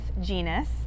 Genus